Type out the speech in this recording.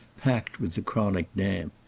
packed with the chronic damp,